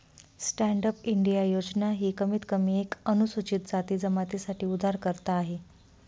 stand up India योजना ही कमीत कमी एक अनुसूचित जाती जमाती साठी उधारकर्ता आहे